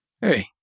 Hey